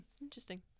interesting